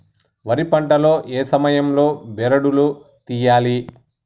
వరి పంట లో ఏ సమయం లో బెరడు లు తియ్యాలి?